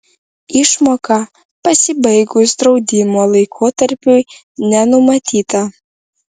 išmoka pasibaigus draudimo laikotarpiui nenumatyta